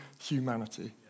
humanity